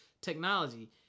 technology